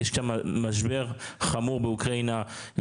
אגב,